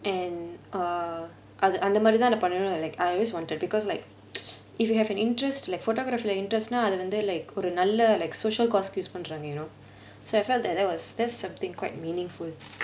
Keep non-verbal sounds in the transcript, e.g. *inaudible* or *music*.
and err அது அந்த மாரி தான் பண்ணனும்னு:athu antha maari thaan pannanumnu like I always wanted because like *noise* if you have an interest like photography interest நா அத வந்து:naa atha vanthu like ஒரு நல்ல:oru nalla like social cause use பண்றங்க:pandranga so I felt that that was that's something quite meaningful *noise*